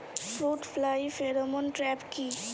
Fruit fly pheromone trap কি?